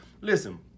Listen